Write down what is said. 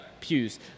pews